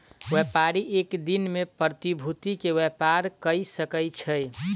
व्यापारी एक दिन में प्रतिभूति के व्यापार कय सकै छै